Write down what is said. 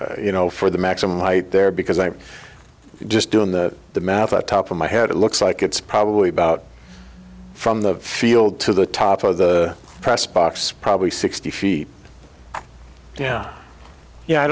you know for the maximum height there because i'm just doing that the math the top of my head it looks like it's probably about from the field to the top of the press box probably sixty feet yeah yeah i